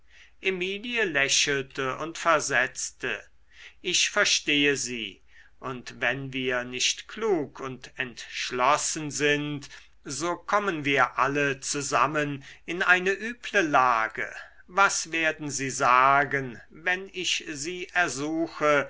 emilie lächelte und versetzte ich verstehe sie und wenn wir nicht klug und entschlossen sind so kommen wir alle zusammen in eine üble lage was werden sie sagen wenn ich sie ersuche